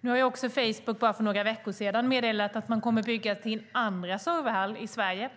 Nu har också Facebook bara för några veckor sedan meddelat att man kommer att bygga sin andra serverhall i Sverige.